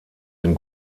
den